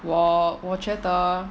我我觉得